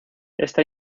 esta